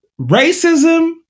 racism